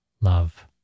love